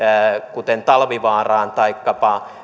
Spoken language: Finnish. kuten talvivaaraan taikka